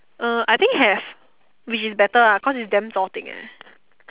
uh I think have which is better ah cause is damn zo-deng eh